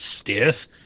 stiff